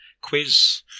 quiz